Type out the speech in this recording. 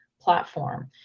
platform